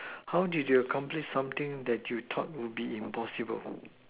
how did you accomplish something that you thought will be impossible